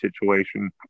situation